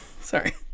sorry